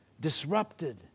disrupted